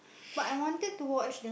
but I wanted to watch the